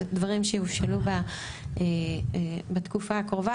אלה דברים שיובשלו בתקופה הקרובה,